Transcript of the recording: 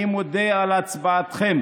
אני מודה על הצבעתכם